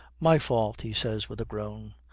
my fault he says with a groan.